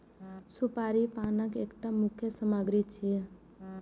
सुपारी पानक एकटा मुख्य सामग्री छियै